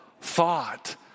thought